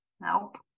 Nope